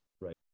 right